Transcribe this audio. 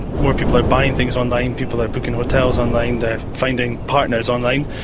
more people are buying things online, people are booking hotels online, they're finding partners online,